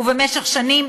ובמשך שנים,